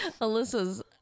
Alyssa's